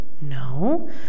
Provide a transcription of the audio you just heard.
No